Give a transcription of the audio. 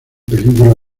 peligro